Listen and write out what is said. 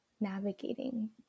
navigating